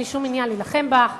אין לי שום עניין להילחם בך,